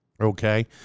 Okay